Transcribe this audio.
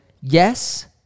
Yes